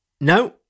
No